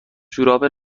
جوراب